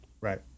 Right